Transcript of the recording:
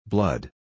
Blood